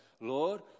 Lord